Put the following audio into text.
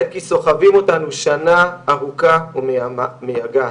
עת כי סוחבים אותנו שנה ארוכה ומייגעת.